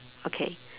okay